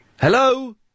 Hello